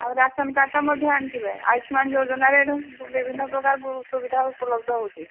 ଆଉ ରାସନ୍ କାର୍ଡ୍ଟା ମଧ୍ୟ ଆଣି ଥିବେ ଆୟୁଷ୍ନାନ୍ ଯୋଜନାରେ ଏଇଟା ବିଭିନ୍ନ ପ୍ରକାର ସୁବିଧା ଉପଲବ୍ଧ ହେଉଛି